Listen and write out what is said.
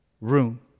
room